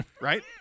Right